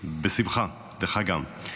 בשמחה, לך גם.